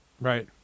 right